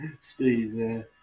Steve